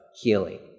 healing